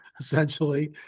essentially